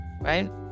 Right